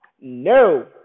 No